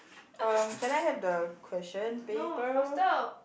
uh can I have the question paper